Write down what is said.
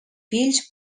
fills